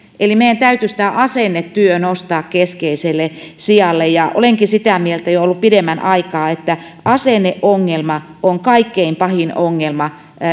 eli meidän täytyisi tämä asennetyö nostaa keskeiselle sijalle olenkin sitä mieltä ollut jo pidemmän aikaa että asenne ongelma on kaikkein pahin ongelma